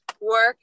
work